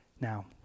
Now